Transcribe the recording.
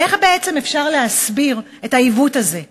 ואיך בעצם אפשר להסביר את העיוות הזה?